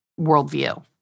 worldview